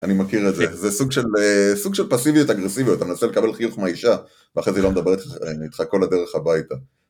אני מכיר את זה, זה סוג של פסיביות אגרסיביות, אני מנסה לקבל חיוך מהאישה, ואחרי זה היא לא מדברת איתך כל הדרך הביתה.